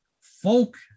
folk